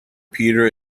peter